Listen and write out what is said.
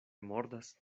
mordas